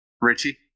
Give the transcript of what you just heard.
Richie